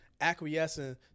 acquiescing